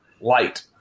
light